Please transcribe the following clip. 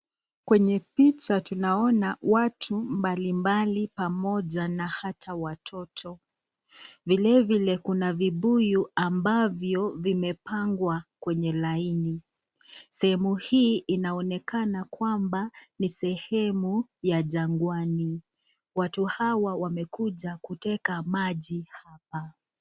Kwenye picha tunaona watu mbali mbali pamoja na hata watoto. Vile vile kuna vibuyu ambavyo vimepangwa kwenye laini. Sehemu hii inaonekana kwamba ni sehemu ya jangwani. Watu hawa wamekuja kuteka maji hapa.